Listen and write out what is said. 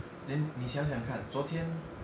then 你想想看昨天